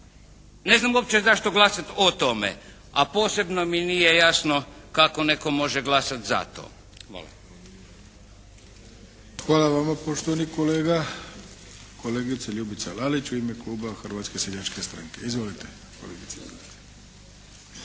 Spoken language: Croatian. ne znam uopće zašto glasati o tome, a posebno mi nije jasno kako netko može glasati za to. Hvala. **Arlović, Mato (SDP)** Hvala vama poštovani kolega. Kolegica Ljubica Lalić u ime kluba Hrvatske seljačke stranke. Izvolite